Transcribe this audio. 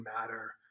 matter